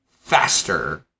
faster